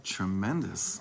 Tremendous